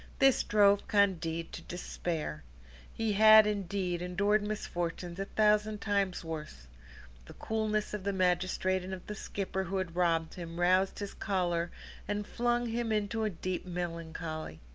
this drove candide to despair he had, indeed, endured misfortunes a thousand times worse the coolness of the magistrate and of the skipper who had robbed him, roused his choler and flung him into a deep melancholy.